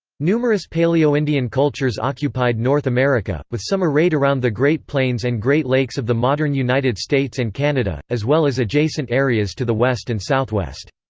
numerous paleoindian cultures occupied north america, with some arrayed around the great plains and great lakes of the modern united states and canada, as well as adjacent areas to the west and southwest.